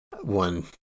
one